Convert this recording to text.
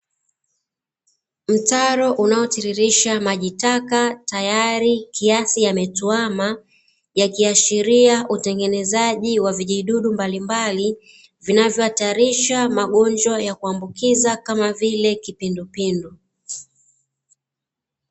Mtaro unaotiririsha maji taka, tayari kiasi yametuama yakiashiria utengenezaji wa vijidudu mbalimbali, vinavyohatarisha magonjwa ya kuambukiza kama vile kipindupindu.